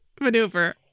maneuver